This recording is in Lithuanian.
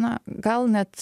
na gal net